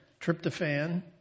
tryptophan